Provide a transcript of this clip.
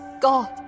god